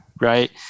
Right